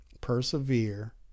persevere